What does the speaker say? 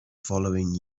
following